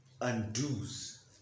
Undoes